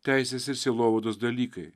teisės ir sielovados dalykai